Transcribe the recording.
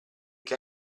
che